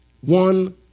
one